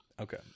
Okay